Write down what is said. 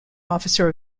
officer